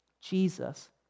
Jesus